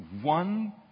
one